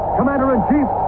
Commander-in-Chief